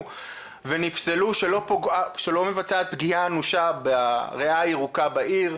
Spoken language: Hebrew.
ונפסלו שלא מבצעת פגיעה אנושה בריאה הירוקה בעיר,